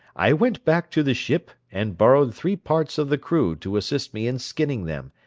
i went back to the ship, and borrowed three parts of the crew to assist me in skinning them,